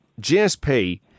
GSP